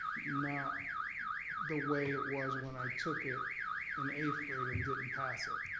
not the way it was when i took it in eighth grade and didn't pass it?